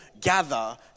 gather